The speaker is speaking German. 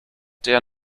der